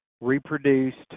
reproduced